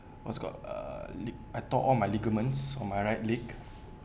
what's got err lig~ I torn all my ligaments on my right leg